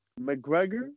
McGregor